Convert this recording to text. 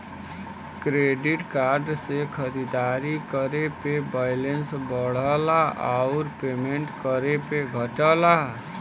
credit card से खरीदारी करे पे बैलेंस बढ़ला आउर पेमेंट करे पे घटला